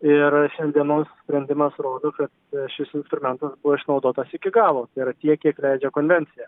ir šiandienos sprendimas rodo kad šis instrumentas buvo išnaudotas iki galo tai yra tiek kiek leidžia konvencija